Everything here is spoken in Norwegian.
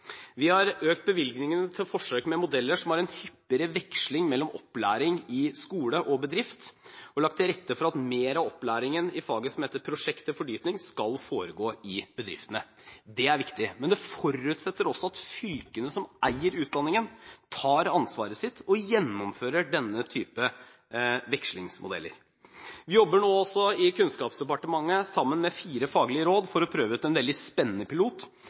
Vi har økt bevilgningene til forsøk med modeller som har en hyppigere veksling mellom opplæring i skole og bedrift, og lagt til rette for at mer av opplæringen i faget som heter «Prosjekt til fordypning», skal foregå i bedriftene. Det er viktig. Men det forutsetter også at fylkene, som eier utdanningen, tar ansvaret sitt og gjennomfører denne type vekslingsmodeller. Vi jobber nå også i Kunnskapsdepartementet sammen med fire faglige råd for å prøve ut en veldig spennende pilot,